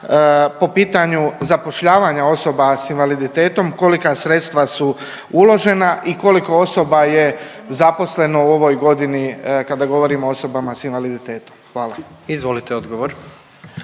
po pitanju zapošljavanja osoba s invaliditetom, kolika sredstva su uložena i koliko osoba je zaposleno u ovoj godini kada govorimo o osobama s invaliditetom. Hvala. **Jandroković,